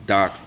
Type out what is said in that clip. Doc